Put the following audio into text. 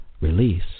release